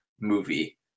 movie